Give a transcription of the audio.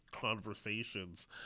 conversations